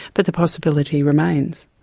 but the possibility remains.